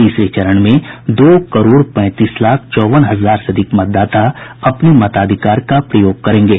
तीसरे चरण में दो करोड़ पैंतीस लाख चौवन हजार से अधिक मतदाता अपने मताधिकार का प्रयोग करेंगे